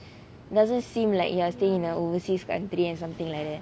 doesn't seem like you are staying in a overseas country and something like that